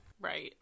Right